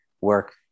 work